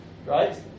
Right